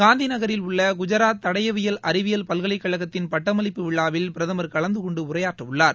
காந்தி நகரில் உள்ள குஜாத் தடயவியல் அறிவியல் பல்கலைக்கழகத்தின் பட்டமளிப்பு விழாவில் பிரதமர் கலந்துகொண்டு உரையாற்றவுள்ளார்